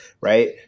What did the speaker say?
right